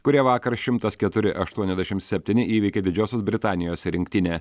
kurie vakar šimtas keturi aštuoniasdešim septyni įveikė didžiosios britanijos rinktinę